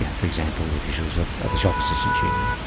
yeah for example, the officials of of the shop assistants union.